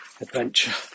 adventure